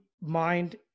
mind